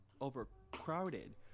overcrowded